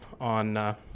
on